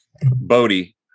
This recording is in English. Bodhi